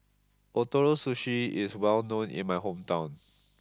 Ootoro Sushi is well known in my hometown